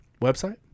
website